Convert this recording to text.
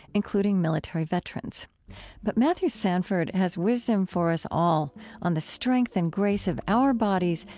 including military veterans but matthew sanford has wisdom for us all on the strength and grace of our bodies,